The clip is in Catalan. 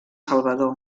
salvador